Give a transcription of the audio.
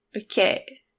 Okay